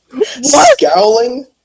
Scowling